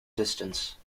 distance